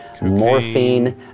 morphine